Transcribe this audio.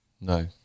No